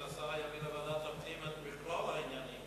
אם השר יביא לוועדת הפנים את מכלול העניינים.